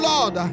Lord